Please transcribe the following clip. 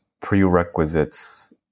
prerequisites